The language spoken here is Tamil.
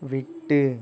விட்டு